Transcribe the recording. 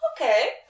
Okay